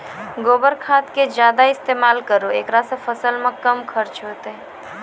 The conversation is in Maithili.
गोबर खाद के ज्यादा इस्तेमाल करौ ऐकरा से फसल मे कम खर्च होईतै?